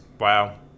Wow